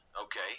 okay